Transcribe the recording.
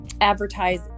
advertise